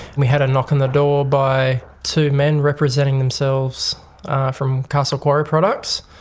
we had a knock on the door by two men representing themselves from castle quarry products,